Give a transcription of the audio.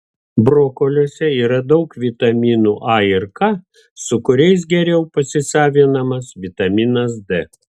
brokoliuose yra daug vitaminų a ir k su kuriais geriau pasisavinamas vitaminas d